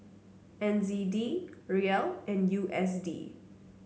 N Z D Riel and U S D